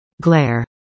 Glare